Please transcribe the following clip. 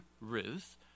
Ruth